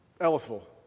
Ellisville